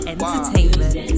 Entertainment